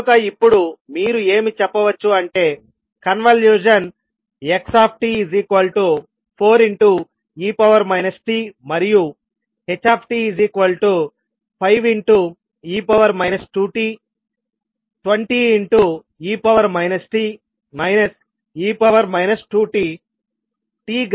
కనుక ఇప్పుడు మీరు ఏమి చెప్పవచ్చు అంటే కన్వల్యూషన్ x4e t మరియు h 5 e 2t20e t e 2t